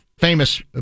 famous